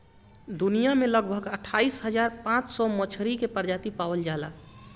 दुनिया में लगभग अट्ठाईस हज़ार पाँच सौ मछरी के प्रजाति पावल जाला